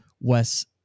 Wes